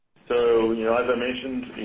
so you know as i mentioned,